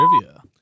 trivia